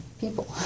people